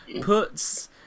puts